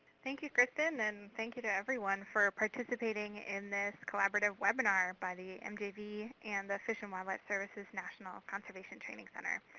thank you, kristin. and thank you to everyone for participating in this collaborative webinar by the mjv and the fish and wildlife services national conservation training center.